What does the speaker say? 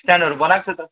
स्ट्यान्डहरू बनाएको छ त